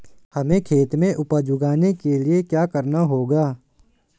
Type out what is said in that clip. हमें खेत में उपज उगाने के लिये क्या करना होगा?